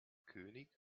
könig